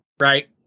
right